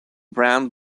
brand